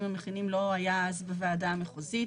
המכינים לא היה אז בוועדה המחוזית,